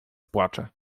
płacze